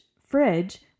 fridge